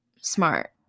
smart